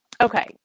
Okay